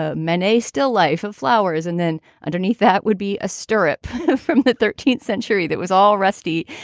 ah many still life of flowers. and then underneath that would be a strip from the thirteenth century that was all rusty.